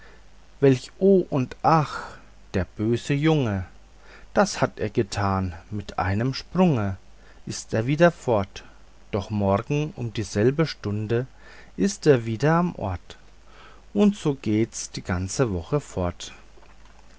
welch oh und ach der böse junge das hat er getan mit einem sprunge ist er wieder fort doch morgen um dieselbe stunde ist er wieder am ort und so geht's die ganze woche fort